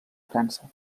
frança